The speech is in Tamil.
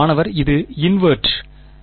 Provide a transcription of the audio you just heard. மாணவர் இது இன்வெர்ட் குறிப்பு நேரம் 0419